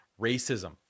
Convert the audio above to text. racism